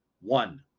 one